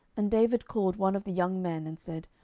and david called one of the young men, and said,